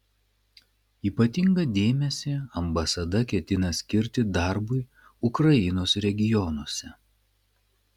ypatingą dėmesį ambasada ketina skirti darbui ukrainos regionuose